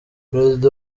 perezida